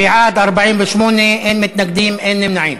בעד, 48, אין מתנגדים, אין נמנעים.